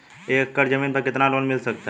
एक एकड़ जमीन पर कितना लोन मिल सकता है?